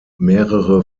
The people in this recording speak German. mehrere